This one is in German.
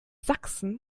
sachsen